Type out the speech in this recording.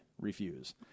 refuse